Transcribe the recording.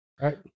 right